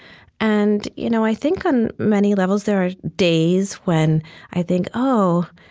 and you know i think on many levels there are days when i think, oh,